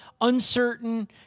uncertain